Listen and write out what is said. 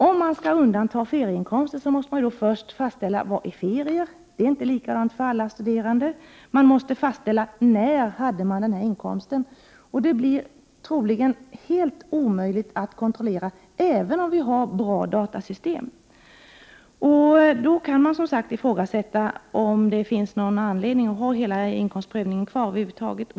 Om man skall undanta ferieinkomster, måste man först fastställa vad ferier är — det är ju inte likadant för alla studerande. Dessutom måste man fastställa när vederbörande hade inkomsten i fråga. Troligen blir det helt omöjligt att kontrollera detta, även om datasystemen är bra. Man kan, som sagt, ifrågasätta om det finns någon anledning att ha kvar inkomstprövningen över huvud taget.